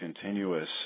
continuous